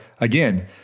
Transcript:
again